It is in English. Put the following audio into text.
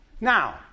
Now